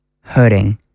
Hurting